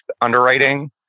underwriting